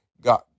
God